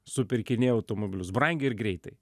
supirkinėja automobilius brangiai ir greitai